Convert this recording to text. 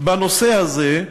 בנושא הזה,